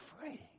free